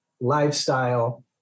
lifestyle